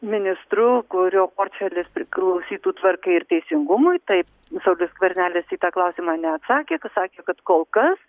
ministru kurio portfelis priklausytų tvarkai ir teisingumui taip visokius skvernelis į tą klausimą neatsakė pasakė kad kol kas